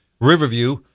Riverview